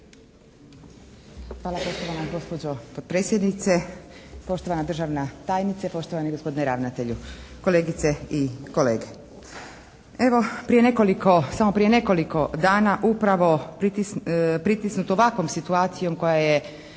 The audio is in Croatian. Hvala poštovana gospođo potpredsjednice. Poštovana državna tajnice, poštovani gospodine ravnatelju, kolegice i kolege. Evo prije nekoliko, samo prije nekoliko dana upravo pritisnut ovakvom situacijom koja je